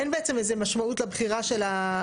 אין בעצם איזה משמעות לבחירה של המטופל.